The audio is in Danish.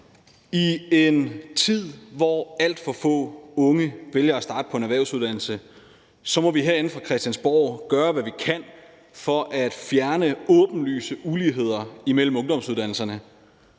I en tid, hvor alt for få unge vælger at starte på en erhvervsuddannelse, må vi herinde fra Christiansborg gøre, hvad vi kan, for at fjerne åbenlyse uligheder imellem ungdomsuddannelserne,